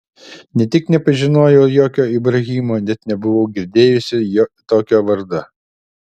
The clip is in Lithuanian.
ne tik nepažinojau jokio ibrahimo net nebuvau girdėjusi tokio vardo